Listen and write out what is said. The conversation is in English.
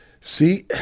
See